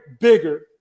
Bigger